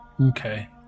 Okay